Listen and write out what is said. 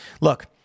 Look